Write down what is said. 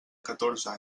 catorze